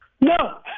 no